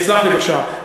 תסלח לי בבקשה,